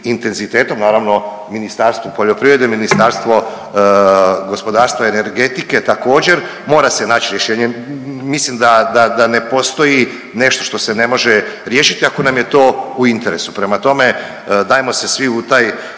intenzitetom, naravno Ministarstvo poljoprivrede, Ministarstvo gospodarstva i energetike također mora se nać rješenje, mislim da ne postoji nešto što se ne može riješiti ako nam je to u interesu. Prema tome, dajmo se svi u taj